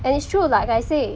and it's true like I say